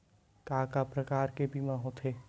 का का प्रकार के बीमा होथे?